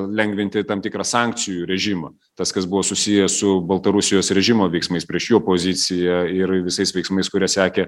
lengvinti tam tikrą sankcijų režimą tas kas buvo susiję su baltarusijos režimo veiksmais prieš jo poziciją ir visais veiksmais kurie sekė